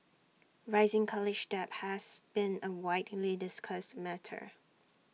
rising college debt has been A widely discussed matter